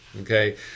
Okay